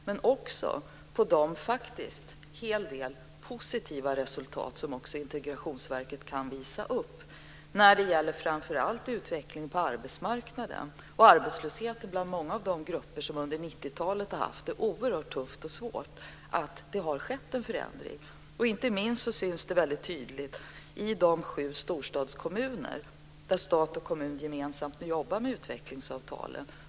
Men den visar också på en hel del positiva resultat som Integrationsverket kan visa upp framför allt när det gäller utvecklingen på arbetsmarknaden och när det gäller arbetslösheten i många av de grupper som under 90-talet har haft det oerhört tufft och svårt. Det har skett en förändring. Inte minst syns detta väldigt tydligt i de sju storstadskommuner där stat och kommun nu gemensamt jobbar med utvecklingsavtalen.